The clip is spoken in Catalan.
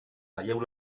talleu